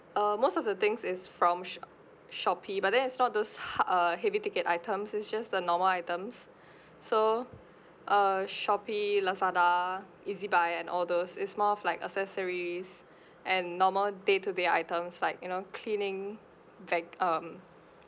uh most of the things is from sho~ shopee but then it's not those hi~ uh heavy ticket items it's just the normal items so uh shopee lazada E_Z buy and all those it's more of like accessories and normal day to day items like you know cleaning vac~ um